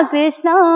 Krishna